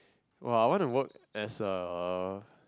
!wah! I want to work as a